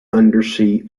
undersea